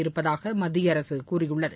இருப்பதாக மத்திய அரசு கூறியுள்ளது